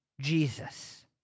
Jesus